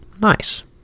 Nice